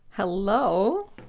Hello